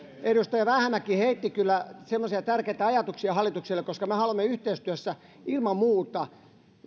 edustaja vähämäki heitti kyllä semmoisia tärkeitä ajatuksia hallitukselle koska me haluamme yhteistyössä ilman muuta